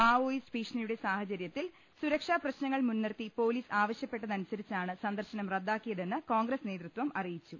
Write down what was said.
Maoist ഭീഷണിയുടെ സാഹചര്യ ത്തിൽ സുരക്ഷാപ്രശ്നങ്ങൾ മുൻനിർത്തി പൊലീസ് ആവശ്യപ്പെട്ട ട്ടതനുസരിച്ചാണ് സന്ദർശനം റദ്ദാക്കിയതെന്ന് കോൺഗ്രസ് നേതൃത്വം അറിയിച്ചു